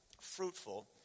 fruitful